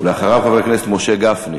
ואחריו, חבר הכנסת משה גפני.